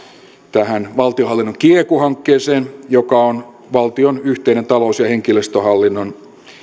tähän valtionhallinnon kieku hankkeeseen joka on valtion yhteinen talous ja henkilöstöhallinnon